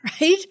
Right